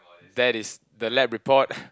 that is the lab report